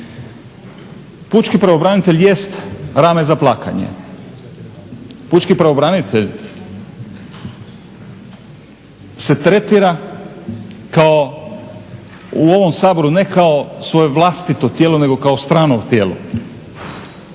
pučki pravobranitelj jest rame za plakanje, pučki pravobranitelj se tretira kao u ovom Saboru ne kao svoje vlastito tijelo nego kao strano tijelo,